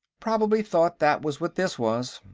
probably thought that was what this was.